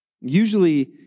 Usually